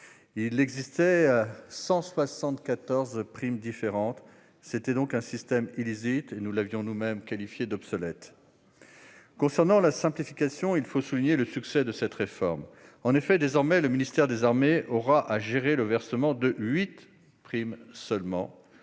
soixante-quatorze primes différentes ; c'était un système illisible, que nous avions nous-mêmes qualifié d'obsolète. Concernant la simplification, il faut souligner le succès de cette réforme. Désormais, le ministère des armées aura à gérer le versement de huit primes seulement,